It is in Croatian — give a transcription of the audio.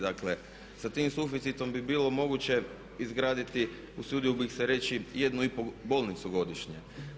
Dakle, sa tim suficitom bi bilo moguće izgraditi usudio bih se reći 1,5 bolnicu godišnje.